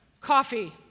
coffee